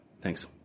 Thanks